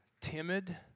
timid